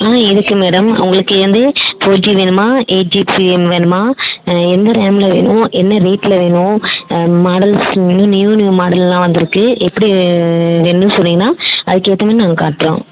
ஆ இருக்கு மேடம் உங்களுக்கு வந்து ஃபோர் ஜி வேணுமா எயிட் ஜிபி ரேம் வேணுமா எந்த ரேமில் வேணும் என்ன ரேட்டில் வேணும் மாடல்ஸ் நியூ நியூ மாடல்லாம் வந்துருக்கு எப்படி வேணும்ன்னு சொன்னிங்கன்னா அதுக்கேற்ற மாரி நாங்கள் காட்டுகிறோம்